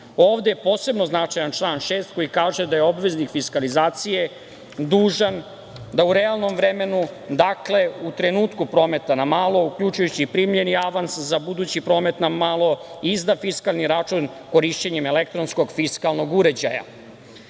je posebno značajan član 6. koji kaže da je obveznik fiskalizacije dužan da u realnom vremenu, dakle, u trenutku prometa na malo, uključujući i primljeni avans za budući promet na malo, izda fiskalni račun korišćenjem elektronskog fiskalnog uređaja. Naravno,